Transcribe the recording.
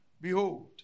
Behold